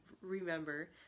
remember